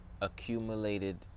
accumulated